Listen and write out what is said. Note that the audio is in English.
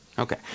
Okay